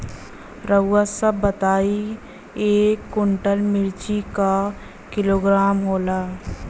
रउआ सभ बताई एक कुन्टल मिर्चा क किलोग्राम होला?